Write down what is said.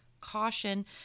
caution